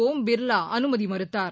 ஓம் பிர்லாஅனுமதிமறுத்தார்